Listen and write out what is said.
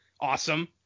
Awesome